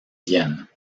vienne